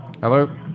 Hello